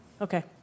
Okay